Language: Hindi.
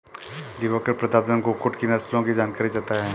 दिवाकर प्रतापधन कुक्कुट की नस्लों की जानकारी चाहता है